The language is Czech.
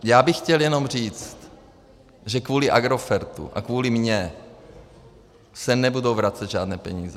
Já bych chtěl jenom říct, že kvůli Agrofertu a kvůli mně se nebudou vracet žádné peníze.